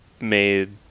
made